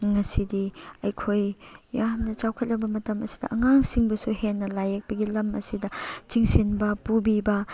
ꯉꯁꯤꯗꯤ ꯑꯩꯈꯣꯏ ꯌꯥꯝꯅ ꯆꯥꯎꯈꯠꯂꯕ ꯃꯇꯝ ꯑꯁꯤꯗ ꯑꯉꯥꯡꯁꯤꯡꯕꯨꯁꯨ ꯍꯦꯟꯅ ꯂꯥꯏ ꯌꯦꯛꯄꯒꯤ ꯂꯝ ꯑꯁꯤꯗ ꯆꯤꯡꯁꯤꯟꯕ ꯄꯨꯕꯤꯕ